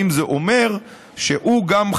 אם זה אומר שהוא גם,